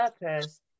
purpose